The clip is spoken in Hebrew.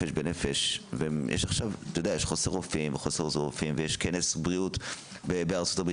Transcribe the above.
נפש בנפש יש חוסר רופאים ויש כנס בריאות בארצות הברית